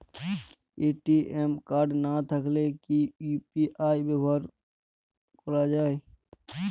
ATM card না থাকলে কি ইউ.পি.আই ব্যবহার করা য়ায়?